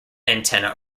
antenna